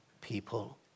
people